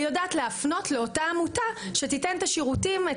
ויודע להפנות לאותה עמותה שתתן את השירותים.